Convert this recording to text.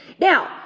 Now